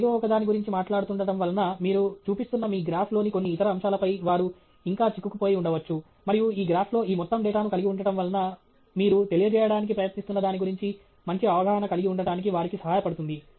మీరు ఏదో ఒకదాని గురించి మాట్లాడుతుండటం వలన మీరు చూపిస్తున్న మీ గ్రాఫ్లోని కొన్ని ఇతర అంశాలపై వారు ఇంకా చిక్కుకుపోయి ఉండవచ్చు మరియు ఈ గ్రాఫ్లో ఈ మొత్తం డేటాను కలిగి ఉండటం వలన మీరు తెలియజేయడానికి ప్రయత్నిస్తున్న దాని గురించి మంచి అవగాహన కలిగి ఉండటానికి వారికి సహాయపడుతుంది